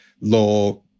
law